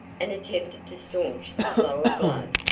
and attempted to staunch the flow of blood.